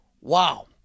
wow